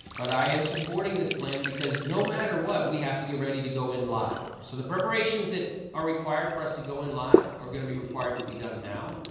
but i am supporting this plan because no matter what we have to get ready to go in live. so the preparations that are required for us to go in live are gonna be required to be done now,